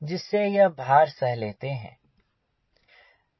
जिससे यह भार सह लेते हैं